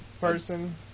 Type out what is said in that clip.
person